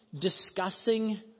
discussing